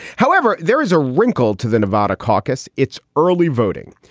however, there is a wrinkle to the nevada caucus. its early voting.